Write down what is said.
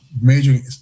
majoring